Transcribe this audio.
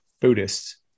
Buddhists